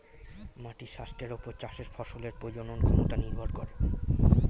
মাটির স্বাস্থ্যের ওপর চাষের ফসলের প্রজনন ক্ষমতা নির্ভর করে